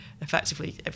Effectively